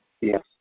Yes